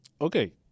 Okay